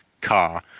car